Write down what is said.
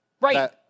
Right